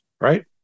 right